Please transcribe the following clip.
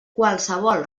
qualsevol